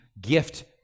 gift